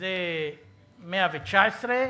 זה 119,